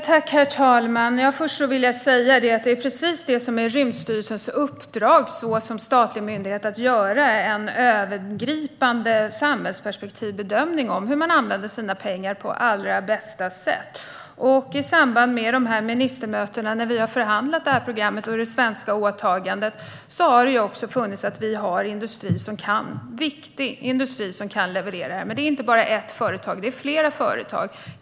Herr talman! Först vill jag säga att Rymdstyrelsens uppdrag som statlig myndighet är just att göra en övergripande samhällsperspektivbedömning av hur pengarna kan användas på allra bästa sätt. I samband med dessa ministermöten, då vi har förhandlat om det här programmet och om det svenska åtagandet, har det funnits med i bilden att vi har viktig industri som kan leverera detta. Det handlar dock inte bara om ett företag, utan det gäller flera företag.